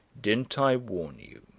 didn't i warn you?